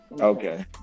Okay